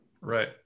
Right